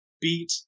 beat